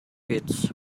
fits